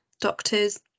doctors